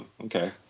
Okay